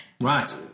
right